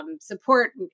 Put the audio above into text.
support